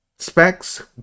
Specs